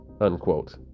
unquote